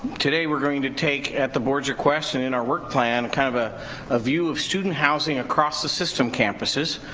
today we're going to take, at the board's request, in in our work plan kind of a ah view of student housing across the system campuses.